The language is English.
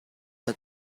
but